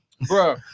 Bro